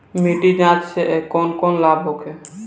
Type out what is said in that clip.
मिट्टी जाँच से कौन कौनलाभ होखे?